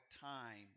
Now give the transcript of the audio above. time